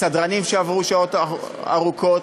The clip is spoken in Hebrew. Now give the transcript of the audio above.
הסדרנים שעברו שעות ארוכות,